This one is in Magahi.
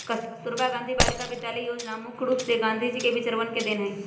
कस्तूरबा गांधी बालिका विद्यालय योजना मुख्य रूप से गांधी जी के विचरवन के देन हई